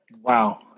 Wow